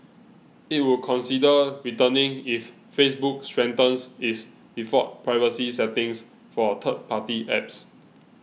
it would consider returning if Facebook strengthens its default privacy settings for third party apps